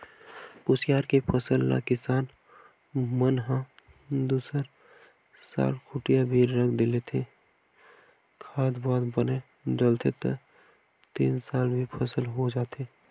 कुसियार के फसल ल किसान मन ह दूसरा साल खूटिया भी रख लेथे, खाद वाद बने डलथे त तीन साल भी फसल हो जाथे